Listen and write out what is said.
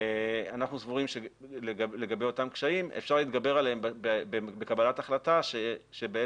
אנחנו סבורים שלגבי אותם קשיים אפשר להתגבר עליהם בקבלת החלטה שבעצם